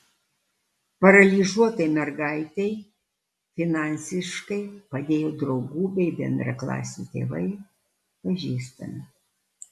paralyžiuotai mergaitei finansiškai padėjo draugų bei bendraklasių tėvai pažįstami